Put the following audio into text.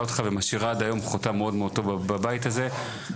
אותך ומשאירה עד היום חותם מאוד מאוד טוב בבית הזה ואני